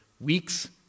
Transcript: weeks